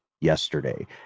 yesterday